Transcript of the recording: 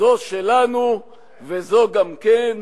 זו שלנו וזו גם כן,